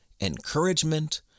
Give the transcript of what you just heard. Encouragement